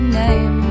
name